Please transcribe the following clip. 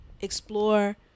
Explore